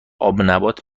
آبنبات